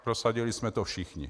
Prosadili jsme to všichni.